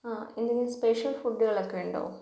ആ എന്തെങ്കിലും സ്പെഷ്യൽ ഫുഡുകൾ ഒക്കെയുണ്ടോ